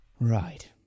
Right